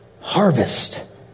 harvest